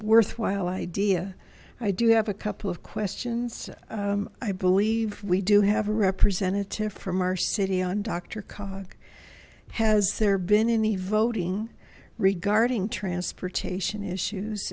worthwhile idea i do have a couple of questions i believe we do have a representative from our city on dr comic has there been in the voting regarding transportation issues